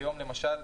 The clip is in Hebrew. היום למשל,